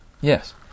Yes